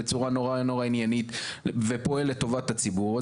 בצורה נורא עניינית ופועל לטובת הציבור,